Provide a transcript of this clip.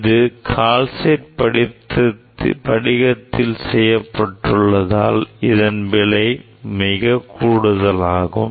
இது காலசைட் படிகத்தால் செய்யப்பட்டுள்ளதால் இதன் விலை மிக கூடுதலாகும்